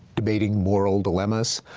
debating moral dilemmas,